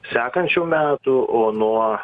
sekančių metų o nuo